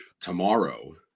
tomorrow